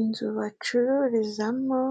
Inzu bacururizamo